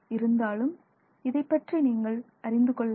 இருந்தாலும் இதைப் பற்றி நீங்கள் அறிந்து கொள்ள வேண்டும்